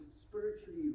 spiritually